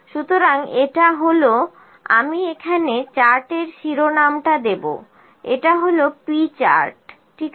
সুতরাং এটা হল আমি এখানে চার্টের শিরোনামটা দেব এটা হল P চার্ট ঠিক আছে